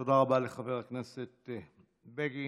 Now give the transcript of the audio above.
רבה לחבר הכנסת בגין.